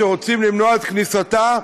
שרוצים למנוע את כניסתה,